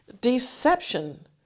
deception